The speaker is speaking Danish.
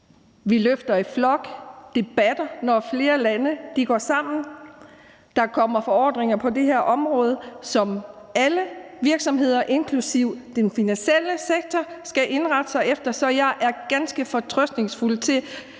vi løfter i flok, det batter, når flere lande går sammen, der kommer forordninger på det her område, som alle virksomheder inklusive den finansielle sektor skal indrette sig efter. Så jeg er ganske fortrøstningsfuld over